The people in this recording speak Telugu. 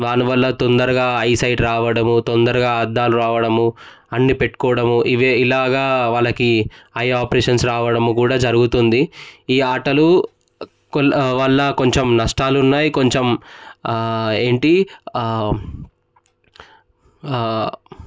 వాళ్ళ వల్ల తొందరగా ఐ సైట్ రావడము తొందరగా అద్దాలు రావడము అన్నీ పెట్టుకోవడం ఇవే ఇలాగా వాళ్ళకి ఐ ఆపరేషన్స్ రావడం కూడా జరుగుతుంది ఈ ఆటలు కొ వల్ల కొంచెం నష్టాలు ఉన్నాయి కొంచెం ఏంటి